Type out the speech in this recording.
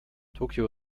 tokio